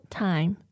time